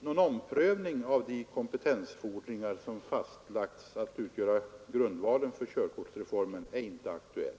Någon omprövning av de kompetensfordringar som fastlagts att utgöra grundval för körkortsformen är inte aktuell.